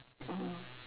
mm